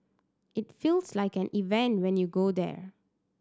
it feels like an event when you go there